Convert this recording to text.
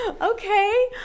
okay